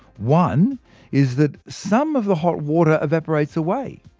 one is that some of the hot water evaporates away,